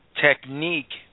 technique